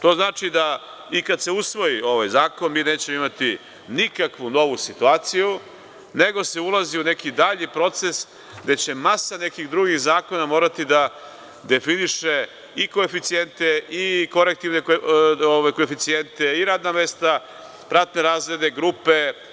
To znači da i kada se usvoji ovaj zakon mi nećemo imati nikakvu novu situaciju, nego se ulazi u neki dalji proces, gde će masa nekih drugih zakona morati da definiše i koeficijente i korektivne koeficijente i radna mesta, platne razrede, grupe.